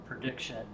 prediction